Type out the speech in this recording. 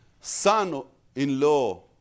son-in-law